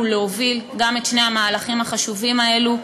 להוביל גם את שני המהלכים החשובים האלה,